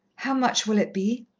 how much will it be?